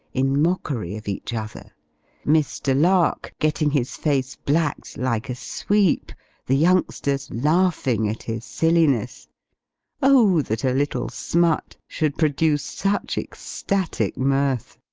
in mockery of each other mr. lark getting his face blacked like a sweep the youngsters laughing at his silliness oh, that a little smut should produce such ecstatic mirth!